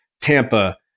Tampa